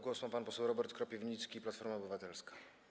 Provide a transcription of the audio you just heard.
Głos ma pan poseł Robert Kropiwnicki, Platforma Obywatelska.